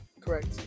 Correct